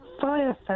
Fire